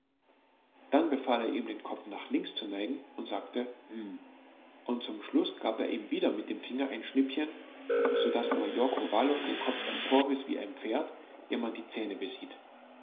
dann befahl er ihm den kopf nach links zu neigen und sagte hm und zum schluß gab er ihm wieder mit dem finger ein schnippchen so daß major kowalow den kopf emporriß wie ein pferd dem man die zähne besieht